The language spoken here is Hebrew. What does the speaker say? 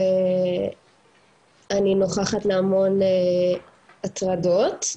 ואני נוכחת בהמון הטרדות,